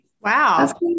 wow